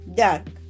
dark